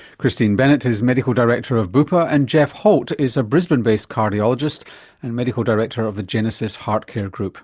christine bennett is medical director of bupa and geoff holt is a brisbane based cardiologist and medical director of the genesis heart care group.